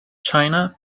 china